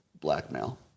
blackmail